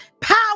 power